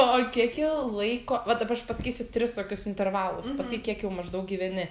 o kiek jau laiko va dabar aš pasakysiu tris tokius intervalus pasyk kiek jau maždaug gyveni